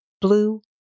blue